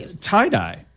Tie-dye